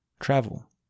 travel